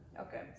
okay